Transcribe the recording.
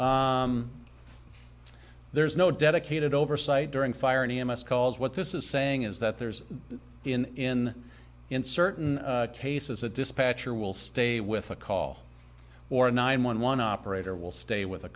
services there's no dedicated oversight during fire and missed calls what this is saying is that there's in in certain cases a dispatcher will stay with a call or a nine one one operator will stay with a